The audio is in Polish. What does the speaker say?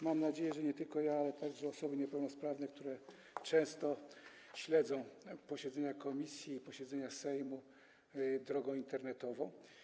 Mam nadzieję, że nie tylko ja, ale także osoby niepełnosprawne, które często śledzą posiedzenia komisji i posiedzenia Sejmu drogą internetową.